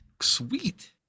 sweet